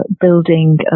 building